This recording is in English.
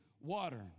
water